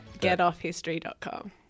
getoffhistory.com